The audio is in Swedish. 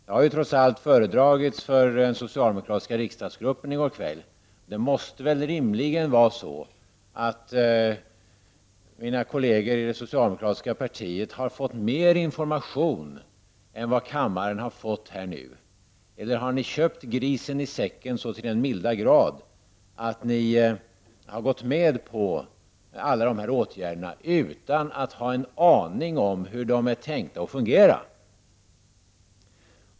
Det fördrogs trots allt för den socialdemokratiska riksdagsgruppen i går kväll. Det måste väl rimligen vara så att mina kolleger i det socialdemokratiska partiet fått mer information än vad kammaren nu fått. Eller har ni så till den milda grad köpt grisen i säcken, att ni gått med på alla dessa åtgärder utan att ha en aning om hur de är tänkta att fungera?